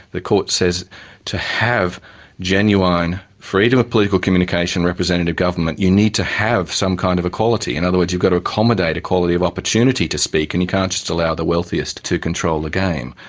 the court says to have genuine freedom of political communication, representative government, you need to have some kind of equality. in other words, you've got to accommodate equality of opportunity to speak and you can't just allow the wealthiest to to control the game.